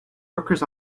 workers